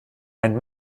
ein